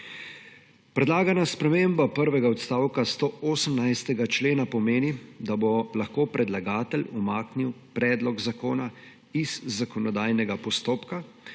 Predlagana sprememba prvega odstavka 118. člena pomeni, da bo lahko predlagatelj umaknil predlog zakona iz zakonodajnega postopka